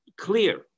clear